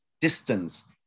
distance